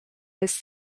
his